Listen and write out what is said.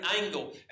angle